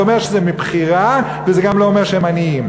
זה אומר שזה מבחירה וזה גם לא אומר שהם עניים.